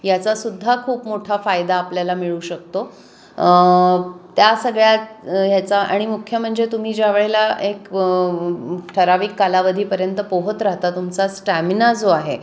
याचासुद्धा खूप मोठा फायदा आपल्याला मिळू शकतो त्या सगळ्या ह्याचा आणि मुख्य म्हणजे तुम्ही ज्या वेळेला एक ठराविक कालावधीपर्यंत पोहत राहता तुमचा स्टॅमिना जो आहे